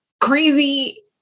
crazy